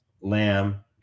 lamb